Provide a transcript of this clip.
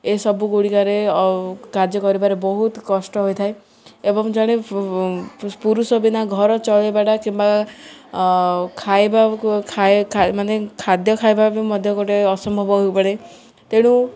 ଏସବୁ ଗୁଡ଼ିକରେ କାର୍ଯ୍ୟ କରିବାରେ ବହୁତ କଷ୍ଟ ହୋଇଥାଏ ଏବଂ ଜଣେ ପୁରୁଷ ବିନା ଘର ଚଳିବାଟା କିମ୍ବା ଖାଇବା ମାନେ ଖାଦ୍ୟ ଖାଇବା ବି ମଧ୍ୟ ଗୋଟେ ଅସମ୍ଭବ ହେଉପଡ଼େ ତେଣୁ